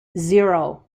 zero